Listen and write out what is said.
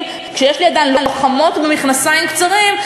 כשיש לידם לוחמות במכנסיים קצרים,